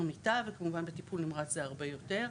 מיטה וכמובן בטיפול נמרץ זה הרבה יותר.